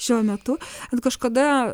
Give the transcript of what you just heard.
šiuo metu bet kažkada